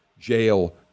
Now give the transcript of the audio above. jail